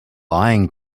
lying